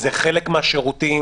זה חלק מהשירותים,